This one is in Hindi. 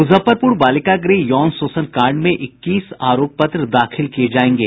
मूजफ्फरपूर बालिका गृह यौन शोषण कांड में इक्कीस आरोप पत्र दाखिल किये जायेंगे